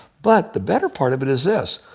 but the better part of it is this.